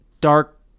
dark